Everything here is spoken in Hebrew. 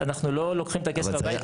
אנחנו לא לוקחים את הכסף הביתה.